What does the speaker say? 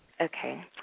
Okay